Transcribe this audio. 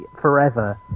forever